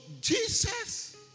Jesus